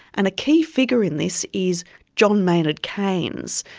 and a key figure in this is john maynard keynes.